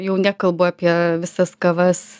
jau nekalbu apie visas kavas